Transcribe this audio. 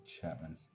Chapman